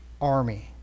army